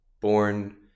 born